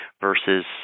versus